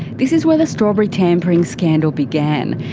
this is where the strawberry tampering scandal began.